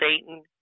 Satan